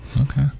Okay